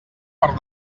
per